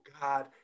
God